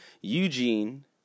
Eugene